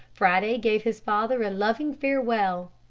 friday gave his father a loving farewell.